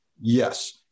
Yes